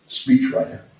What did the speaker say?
speechwriter